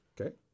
Okay